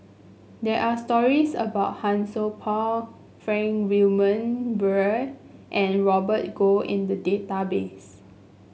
there are stories about Han Sai Por Frank Wilmin Brewer and Robert Goh in the database